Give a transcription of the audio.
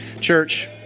church